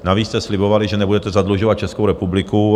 Navíc jste slibovali, že nebudete zadlužovat Českou republiku.